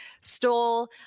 stole